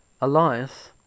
Elias